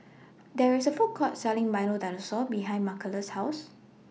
There IS A Food Court Selling Milo Dinosaur behind Marcellus' House